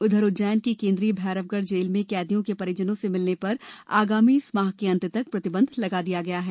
उधर उज्जैन की केन्द्रीय भैरवगढ जेल में कैदियो के परिजनों से मिलने पर आगामी इस माह के अंत तक प्रतिबंध लगा दिया गया है